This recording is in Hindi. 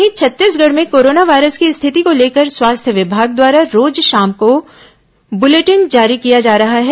वहीं छत्तीसगढ़ में कोरोना वायरस की स्थिति को लेकर स्वास्थ्य विभाग द्वारा रोज शाम को बुलेटिन जारी किया जा रहा है